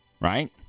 right